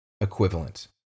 equivalent